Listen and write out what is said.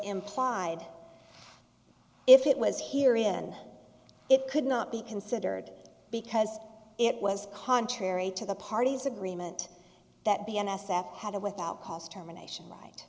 implied if it was here in it could not be considered because it was contrary to the party's agreement that the n s f had it without cost germination right